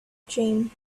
dream